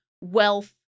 wealth